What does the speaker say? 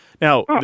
Now